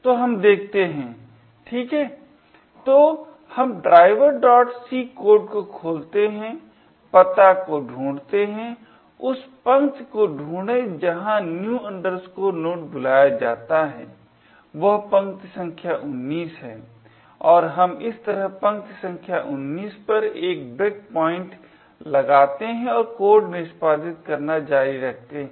तो हम देखते हैं ठीक तो हम driverc कोड को खोलते हैं पता को ढूढते हैं उस पंक्ति को ढूढे जहां new node बुलाया जाता है वह पंक्ति संख्या 19 है और हम इस तरह पंक्ति संख्या 19 पर एक ब्रेकपॉइंट लगाते हैं और कोड निष्पादित करना जारी रखते हैं